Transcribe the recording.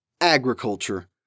Agriculture